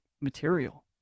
material